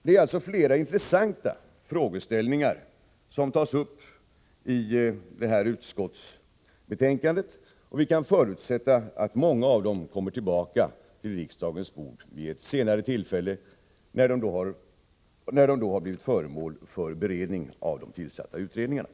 Det är alltså flera intressanta frågeställningar som tas upp i det här utskottsbetänkandet. Vi kan förutsätta att många av dem kommer tillbaka till riksdagens bord vid ett senare tillfälle, när de blivit föremål för beredning av de tillsatta utredningarna.